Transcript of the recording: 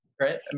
right